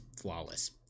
flawless